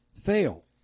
fail